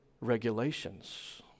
regulations